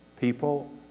people